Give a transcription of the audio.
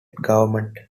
government